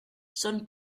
són